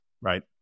right